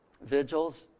vigils